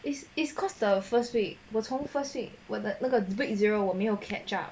it's it's cause the first week was home first week 我的那个 week zero 我没有 catch up